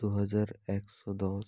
দু হাজার একশো দশ